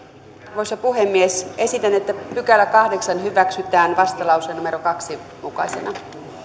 arvoisa puhemies esitän että kahdeksas pykälä hyväksytään vastalauseen kahtena mukaisena